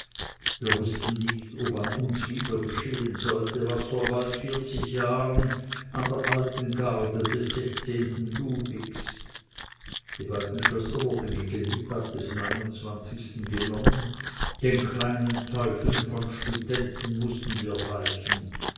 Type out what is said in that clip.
wir wußten nicht ob an uns wieder geschehen sollte was vor bald vierzig jahren an der alten garde des sechzehnten ludwigs die beiden schlösser wurden gegen mittag des genommen den kleinen teufeln von studenten mußten wir weichen